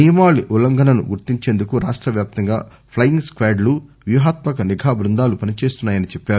నియమావళి ఉల్లంఘనను గుర్తించేందుకు రాష్టవ్యాప్తంగా ప్లెయింగ్ స్వాడ్లు వ్యూహాత్మక నిఘా బృందాలు పనిచేస్తున్నాయని చెప్పారు